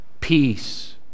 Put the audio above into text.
peace